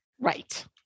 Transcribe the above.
Right